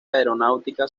aeronáutica